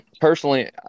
personally